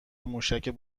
موشکهای